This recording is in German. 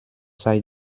sei